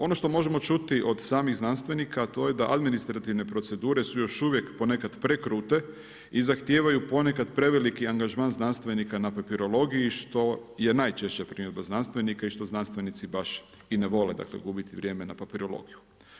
Ono što možemo čuti od samih znanstvenika a to je da administrativne procedure su još uvijek ponekad prekrute i zahtijevaju ponekad preveliki angažman znanstvenika na papirologiji što je najčešće primjedba znanstvenika i što znanstvenici baš i ne vole dakle gubiti vrijeme na papirologiju.